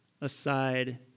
aside